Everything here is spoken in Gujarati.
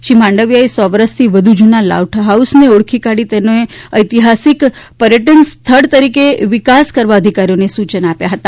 શ્રી માંડવીયાએ સો વરસથી વધુ જુના લાઇટ હાઉસને ઓળખી કાઢી તેને ઐતિહાસિક પર્યટન સ્થળ તરીકે વિકસાવવા અધિકારીઓને સૂચન આપ્યા હતા